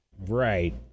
right